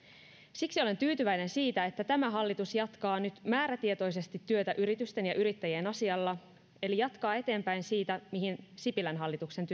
siksi olen tyytyväinen siitä että tämä hallitus jatkaa nyt määrätietoisesti työtä yritysten ja yrittäjien asialla eli jatkaa eteenpäin siitä mihin sipilän hallituksen